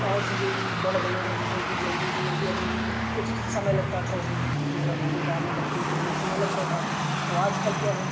और चीज़ें बढ़ गई हैं जैसे कि जल्दी से जल्दी अब कुछ समय लगता था उसमें जो रंगोली गाँव में बनती थी समय लगता था और आजकल क्या है